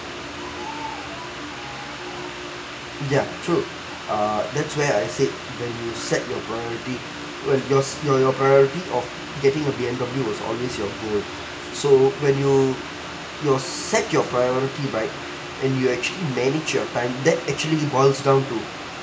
ya true err that's where I said when you set your priority when yours your your priority of getting a B_M_W was always your goal so when you you set your priority right and you actually manage your time that actually boils down to